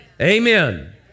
Amen